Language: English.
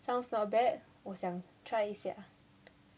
sounds not bad 我想 try 一下